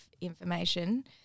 information